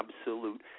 absolute